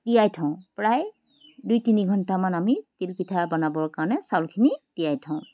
তিয়াই থওঁ প্ৰায় দুই তিনি ঘণ্টামান আমি তিলপিঠা বনাবৰ কাৰণে চাউলখিনি তিয়াই থওঁ